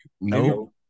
No